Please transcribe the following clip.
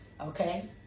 okay